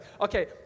okay